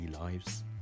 lives